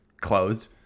closed